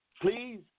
Please